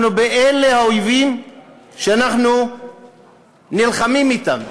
אלה האויבים שאנחנו נלחמים נגדם.